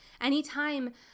anytime